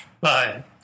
Bye